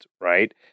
right